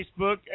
Facebook